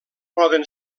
poden